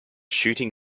shooting